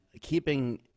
keeping